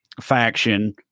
faction